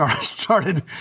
started